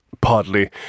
partly